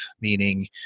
meaning